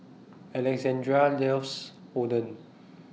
Alexandria loves Oden